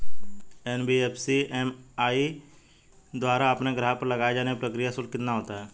NBFC MFI द्वारा अपने ग्राहकों पर लगाए जाने वाला प्रक्रिया शुल्क कितना होता है?